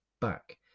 back